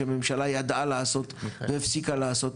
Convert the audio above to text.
שהממשלה ידעה לעשות והפסיקה לעשות.